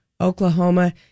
Oklahoma